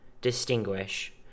distinguish